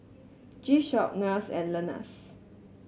G Shock NARS and Lenas